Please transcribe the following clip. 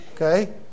Okay